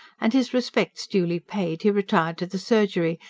and his respects duly paid he retired to the surgery,